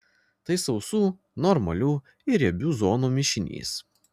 tai sausų normalių ir riebių zonų mišinys